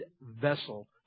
vessel